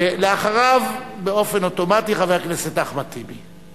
ואחריו, באופן אוטומטי, חבר הכנסת אחמד טיבי.